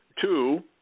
two